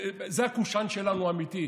זה הקושאן האמיתי שלנו.